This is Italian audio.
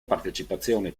partecipazione